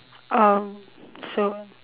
um so